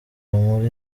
nkuru